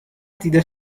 دیده